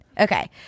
Okay